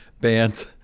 bands